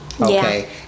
Okay